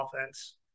offense